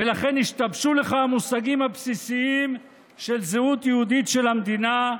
ולכן השתבשו לך המושגים הבסיסיים של זהות יהודית של המדינה,